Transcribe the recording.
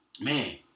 man